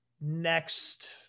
next